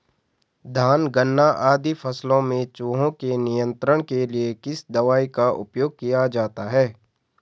धान गन्ना आदि फसलों में चूहों के नियंत्रण के लिए किस दवाई का उपयोग किया जाता है?